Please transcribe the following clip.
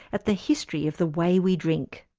at the history of the way we drink.